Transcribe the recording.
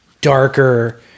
darker